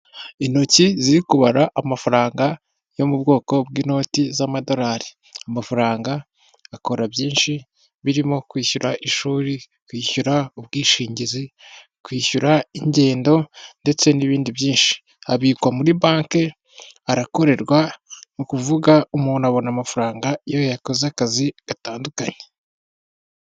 Intoki zirikubara amafaranga yo mu bwoko bw'inoti z'amadorari, amafaranga akora byinshi birimo kwishyura ishuri, kwishyura ubwishingizi, kwishyura ingendo ndetse n'ibindi byinshi abikwa muri banki arakorerwa ni ukuvuga umuntu abona amafaranga iyo yakoze akazi gatandukanye.